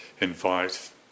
invite